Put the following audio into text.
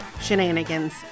shenanigans